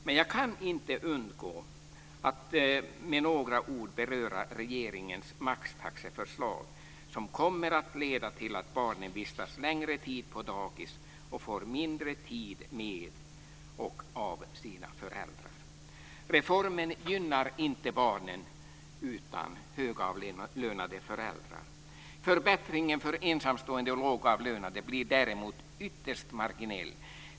Men jag kan inte underlåta att med några ord beröra regeringens maxtaxeförslag, som kommer att leda till att barnen visats längre tid på dagis och får mindre tid med och av sina föräldrar. Reformen gynnar inte barnen utan högavlönade föräldrar. Förbättringen för ensamstående och lågavlönade blir däremot ytterst marginell.